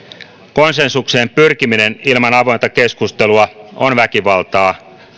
konsensukseen pyrkiminen ilman avointa keskustelua on väkivaltaa